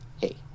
hey